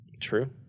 True